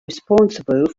responsible